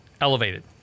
elevated